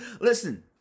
Listen